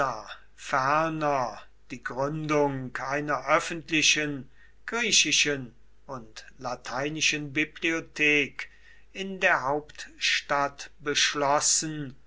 die gründung einer öffentlichen griechischen und lateinischen bibliothek in der hauptstadt beschlossen